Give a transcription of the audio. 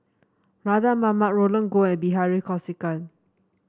Mardan Mamat Roland Goh and Bilahari Kausikan